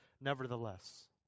nevertheless